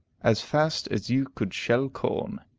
as fast as you could shell corn.